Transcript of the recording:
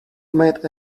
made